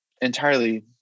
entirely